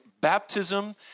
baptism